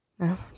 No